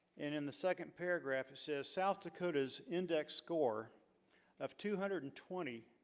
and in the second paragraph it says south dakota's index score of two hundred and twenty